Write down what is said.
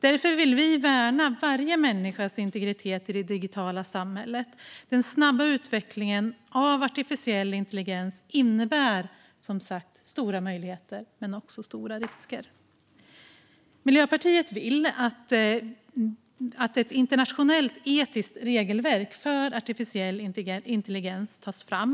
Därför vill vi värna varje människas integritet i det digitala samhället. Den snabba utvecklingen av artificiell intelligens innebär stora möjligheter, men också stora risker. Miljöpartiet vill att ett internationellt etiskt regelverk för AI tas fram.